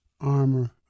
armor